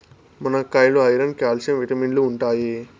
మునక్కాయాల్లో iron, calcium విటమిన్లు ఉంటాయి